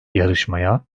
yarışmaya